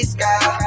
sky